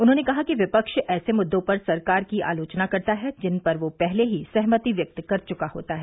उन्होंने कहा कि विपक्ष ऐसे मुद्दों पर सरकार की आलोचना करता है जिन पर वह पहले सहमति व्यक्त कर चुका होता है